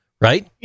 Right